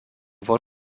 vor